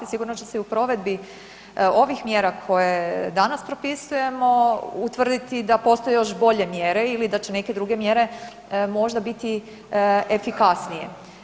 Sigurno će se i u provedbi ovih mjera koje danas propisujemo utvrditi da postoje još bolje mjere ili da će neke druge mjere možda biti efikasnije.